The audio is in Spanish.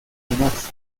demás